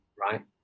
Right